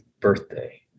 birthday